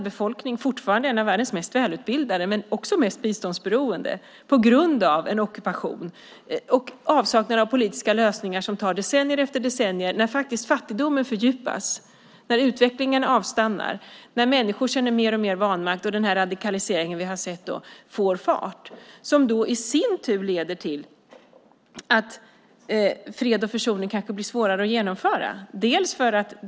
Befolkningen är fortfarande en av världens mest välutbildade, men också en av de mest biståndsberoende på grund av ockupationen och avsaknaden av politiska lösningar under decennier efter decennier. Fattigdomen fördjupas, utvecklingen avstannar, människor känner mer och mer vanmakt och radikaliseringen får fart, vilket i sin tur leder till att fred och försoning kanske blir svårare att genomföra.